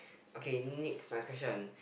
okay next my question